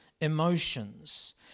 emotions